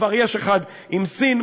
כבר יש אחד עם סין,